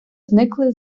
зникли